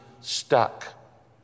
stuck